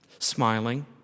smiling